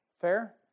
Fair